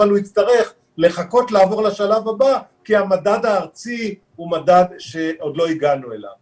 אבל הוא יצטרך לחכות לעבור לשלב הבא כי עוד לא הגענו למדד הארצי.